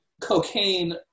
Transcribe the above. cocaine